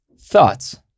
thoughts